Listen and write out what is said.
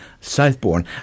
Southbourne